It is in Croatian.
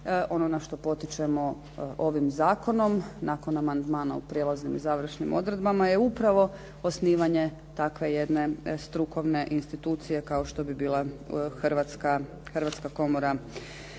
Ono na što potičemo ovim zakonom nakon amandmana u prijelaznim i završnim odredbama je upravo osnivanje takve jedne strukovne institucije kao što bi bila hrvatska komora